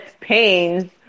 pains